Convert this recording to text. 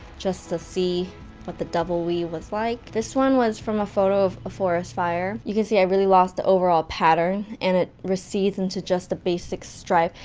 just to see what the double weave was like. this one was from a photo of a forest fire. you could see i really lost the over all pattern, and it recedes into just a basic stripe,